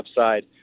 upside